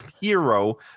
hero